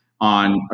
on